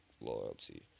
loyalty